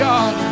God